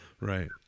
right